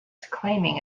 claiming